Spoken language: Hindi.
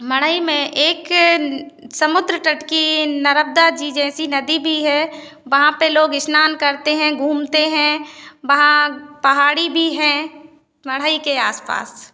मढ़ई में एक समुद्र तट की नर्मदा जी जैसी नदी भी है वहाँ पे लोग स्नान करते हैं घूमते हैं वहाँ पहाड़ी भी है मढ़ई के आस पास